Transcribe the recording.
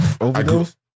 Overdose